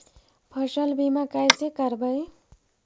फसल बीमा कैसे करबइ?